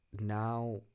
now